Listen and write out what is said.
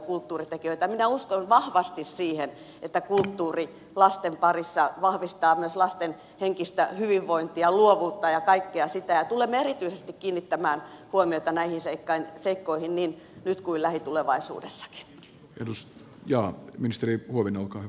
minä uskon vahvasti siihen että kulttuuri lasten parissa vahvistaa myös lasten henkistä hyvinvointia luovuutta ja kaikkea sitä ja tulemme erityisesti kiinnittämään huomiota näihin seikkoihin niin nyt kuin lähitulevaisuudessakin rus ja ministeri kuin onkaan